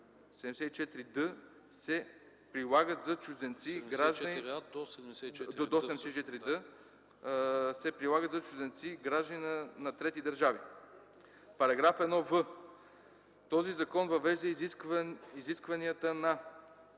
74д се прилагат за чужденци – граждани на трети държави. § 1в. Този закон въвежда изискванията на: